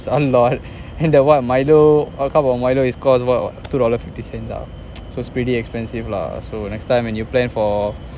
salwar and the what milo one cup of milo is cost about what two dollars fifty cents ah so it's pretty expensive lah so next time when you plan for